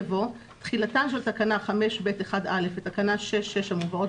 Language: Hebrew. יבוא "תחילתה של תקנה 5(ב)(1)(א) ותקנה 6(6) המובאות